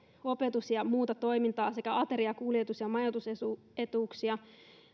opetus ja muuta toimintaa sekä ateria kuljetus ja majoitusetuuksia